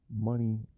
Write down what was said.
money